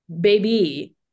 baby